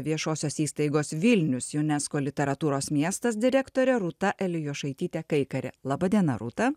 viešosios įstaigos vilnius junesko literatūros miestas direktorė rūta elijošaitytė kaikarė laba diena